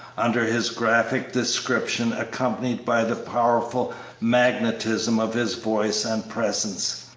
under his graphic description, accompanied by the powerful magnetism of his voice and presence,